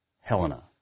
Helena